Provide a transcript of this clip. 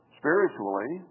spiritually